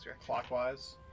clockwise